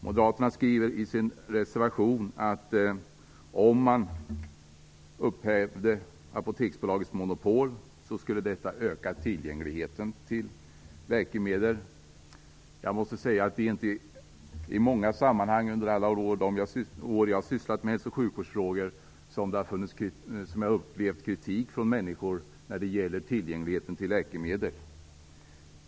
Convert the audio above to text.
Moderaterna skriver i sin reservation att om man upphävde Apoteksbolagets monopol skulle tillgängligheten till läkemedel ökas. Jag måste säga att det inte är i många sammanhang under alla de år jag sysslat med hälso och sjukvårdsfrågor som jag har upplevt kritik från människor när det gäller tillgängligheten till läkemedel.